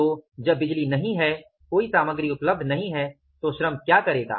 तो जब बिजली नहीं है कोई सामग्री उपलब्ध नहीं है तो श्रम क्या करेगा